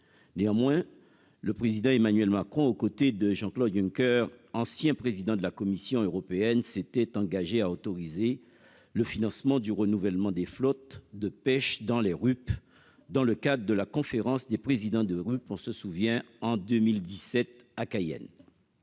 néanmoins, le président, Emmanuel Macron, aux côtés de Jean-Claude Juncker, ancien président de la Commission européenne, s'était engagé à autoriser le financement du renouvellement des flottes de pêche dans les rues, dans le cadre de la conférence des présidents de rue pour se souvient en 2017 à Cayenne.